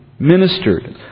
ministered